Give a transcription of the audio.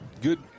good